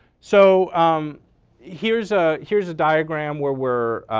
so um here's ah here's a diagram where we're